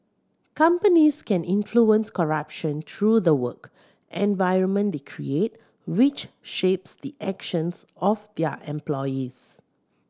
companies can influence corruption through the work environment they create which shapes the actions of their employees